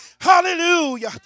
Hallelujah